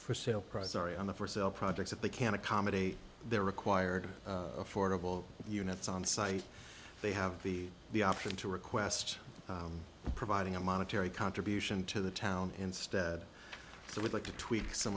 for sale prices are on the for sale projects that they can accommodate their required affordable units on site they have the the option to request providing a monetary contribution to the town instead t